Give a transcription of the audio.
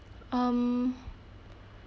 um